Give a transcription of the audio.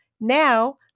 Now